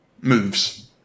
Moves